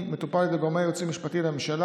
מטופל על ידי גורמי הייעוץ המשפטי לממשלה,